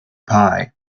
pie